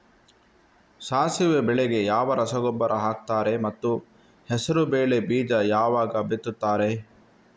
ಸಾಸಿವೆ ಬೆಳೆಗೆ ಯಾವ ರಸಗೊಬ್ಬರ ಹಾಕ್ತಾರೆ ಮತ್ತು ಹೆಸರುಬೇಳೆ ಬೀಜ ಯಾವಾಗ ಬಿತ್ತುತ್ತಾರೆ?